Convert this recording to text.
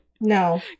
No